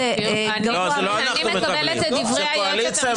אני מקבלת את דברי היועצת המשפטית --- לא,